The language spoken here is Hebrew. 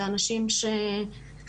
אלו אנשים שחיים,